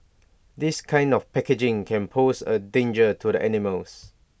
this kind of packaging can pose A danger to the animals